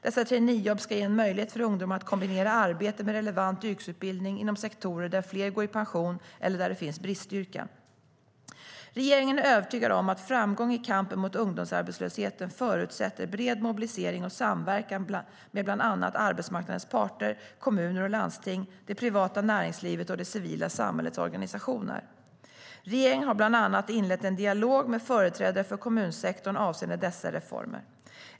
Dessa traineejobb ska ge en möjlighet för ungdomar att kombinera arbete med relevant yrkesutbildning inom sektorer där fler går i pension eller där det finns bristyrken. Regeringen är övertygad om att framgång i kampen mot ungdomsarbetslösheten förutsätter bred mobilisering och samverkan mellan bland annat arbetsmarknadens parter, kommuner och landsting, det privata näringslivet och det civila samhällets organisationer. Regeringen har bland annat inlett en dialog med företrädare för kommunsektorn avseende dessa reformer.